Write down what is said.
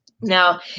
now